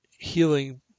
Healing